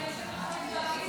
הכנסת נתקבלה.